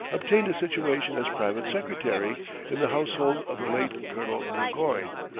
obtained a situation as private secretary in the household of the late colonel burgoyne,